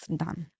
done